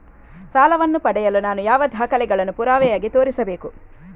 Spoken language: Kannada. ಸಾಲವನ್ನು ಪಡೆಯಲು ನಾನು ಯಾವ ದಾಖಲೆಗಳನ್ನು ಪುರಾವೆಯಾಗಿ ತೋರಿಸಬೇಕು?